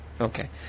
Okay